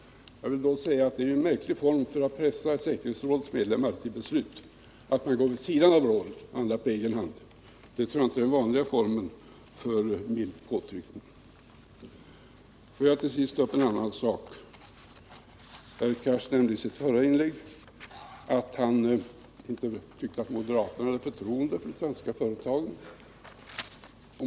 Jag vill då svara att jag tycker det är en märklig formulering att använda: Man pressar säkerhetsrådets medlemmar till beslut, om man går vid sidan av rådet och handlar på egen hand. Det tror jag inte är den vanliga formen för påtryckning. Får jag till sist ta upp en annan sak. Herr Cars nämnde i sitt förra inlägg att han inte tyckte att moderaterna har förtroende för de svenska företagen.